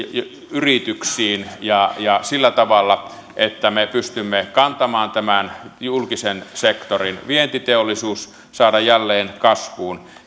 yrityksiin ja ja sillä tavalla että me pystymme kantamaan tämän julkisen sektorin vientiteollisuus saadaan jälleen kasvuun